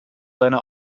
seine